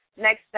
Next